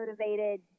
motivated